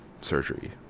surgery